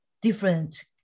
different